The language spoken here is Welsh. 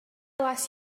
gwelais